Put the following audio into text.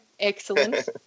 Excellent